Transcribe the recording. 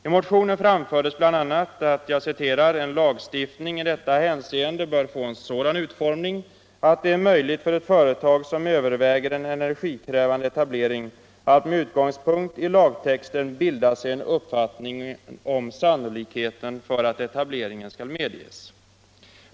I motionen framfördes bl.a. att ”en lagstiftning i detta hänseende bör få en sådan utformning, att det är möjligt för ett företag, som överväger en energikrävande etablering, att med utgångspunkt i lagtexten bilda sig en uppfattning om sannolikheten för att etableringen skall medges”.